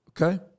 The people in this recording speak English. Okay